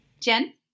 Jen